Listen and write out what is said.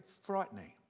frightening